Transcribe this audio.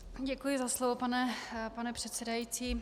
Děkuji za slovo, pane předsedající.